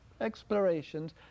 explorations